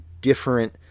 different